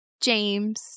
James